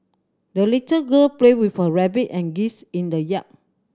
the little girl played with her rabbit and geese in the yard